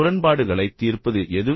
முரண்பாடுகளைத் தீர்ப்பது எது